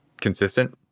consistent